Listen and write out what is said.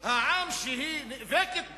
העם שהיא נאבקת בו,